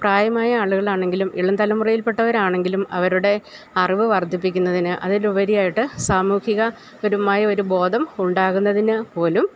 പ്രായമായ ആളുകളാണെങ്കിലും ഇളം തലമുറയിൽപ്പെട്ടവരാണെങ്കിലും അവരുടെ അറിവ് വർദ്ധിപ്പിക്കുന്നതിന് അതിലുപരിയായിട്ട് സാമൂഹിക പരമായൊരു ബോധമുണ്ടാകുന്നതിനുപോലും